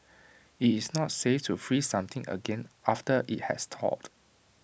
IT is not safe to freeze something again after IT has thawed